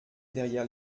derrière